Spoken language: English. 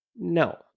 No